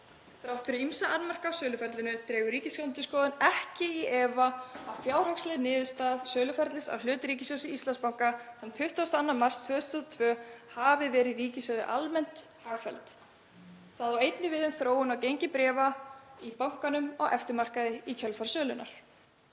„Þrátt fyrir ýmsa annmarka á söluferlinu dregur Ríkisendurskoðun ekki í efa að fjárhagsleg niðurstaða söluferlis á hlut ríkissjóðs í Íslandsbanka þann 22. mars 2022 hafi verið ríkissjóði almennt hagfelld. Það á einnig við um þróun á gengi bréfa í bankanum á eftirmarkaði í kjölfar sölunnar.“